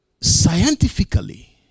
scientifically